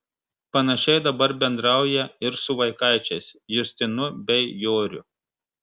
panašiai dabar bendrauja ir su vaikaičiais justinu bei joriu